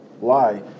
lie